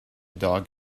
dog